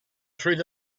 through